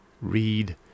read